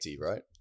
right